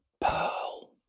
Pearl